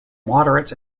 moderates